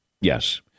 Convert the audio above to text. Yes